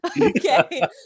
Okay